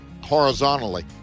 horizontally